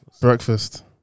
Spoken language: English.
Breakfast